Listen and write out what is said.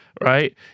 right